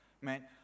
Man